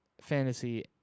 fantasy